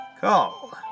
Call